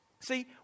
See